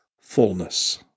fullness